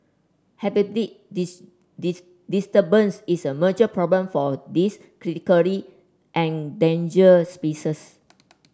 diss diss disturbance is a major problem for a this critically endangered species